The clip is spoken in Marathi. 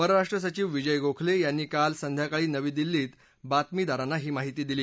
परराष्ट्र सचीव विजय गोखले यांनी काल संध्याकाळी नवी दिल्ली कें बातमीदारांना ही माहिती दिली